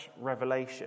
revelation